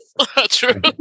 True